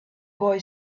boy